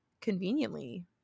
conveniently